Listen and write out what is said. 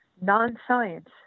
non-science